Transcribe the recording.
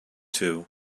two